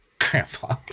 grandpa